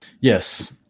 Yes